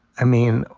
i mean,